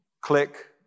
Click